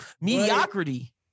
mediocrity